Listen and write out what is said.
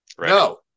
No